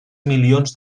milions